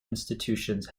institutions